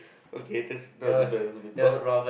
okay that's not as bad as we thought